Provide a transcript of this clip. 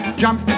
jump